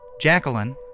Jacqueline